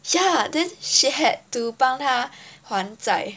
ya then she had to 帮他还债